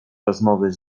rozmowy